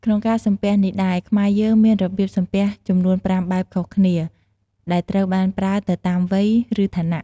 ក្នុងការសំពះនេះដែរ ខ្មែរយើងមានរបៀបសំពះចំនួនប្រាំបែបខុសគ្នា ដែលត្រូវបានប្រើទៅតាមវ័យ ឬឋានៈ។